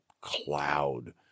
cloud